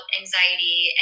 anxiety